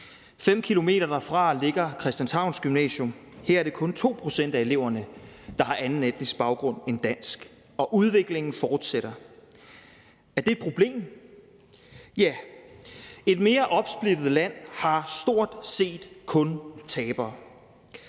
5 km derfra ligger Christianshavns Gymnasium. Her er det kun 2 pct. af eleverne, der har anden etnisk baggrund end dansk. Og udviklingen fortsætter. Er det et problem? Ja, et mere opsplittet land har stort set kun tabere.